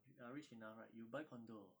if you are rich enough right you will buy condo